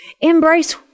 embrace